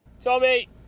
Tommy